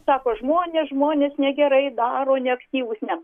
sako žmonės žmonės negerai daro neaktyvūs ne